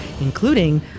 including